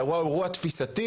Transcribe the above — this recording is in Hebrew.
האם זה אירוע תפיסתי?